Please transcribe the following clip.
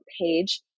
page